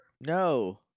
No